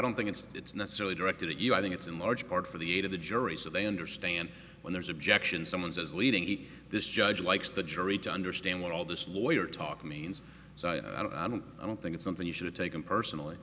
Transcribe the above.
don't think it's it's necessarily directed at you i think it's in large part for the aid of the jury so they understand when there's objection someone's as leading it this judge likes the jury to understand what all this lawyer talk means so i don't i don't think it's something you should have taken personally